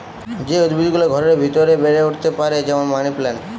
যে উদ্ভিদ গুলা ঘরের ভিতরে বেড়ে উঠতে পারে যেমন মানি প্লান্ট